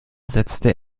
setzte